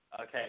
Okay